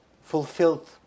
fulfilled